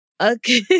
Okay